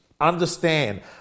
Understand